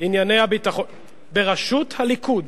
ענייני הביטחון, בראשות הליכוד.